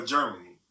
Germany